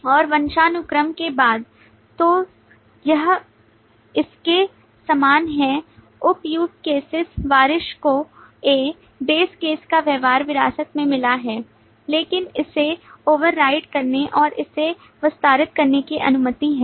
और वंशानुक्रम के बाद तो यह इसके समान है उप use cases वारिस को A base केस का व्यवहार विरासत में मिला है लेकिन इसे ओवरराइड करने और इसे विस्तारित करने की अनुमति है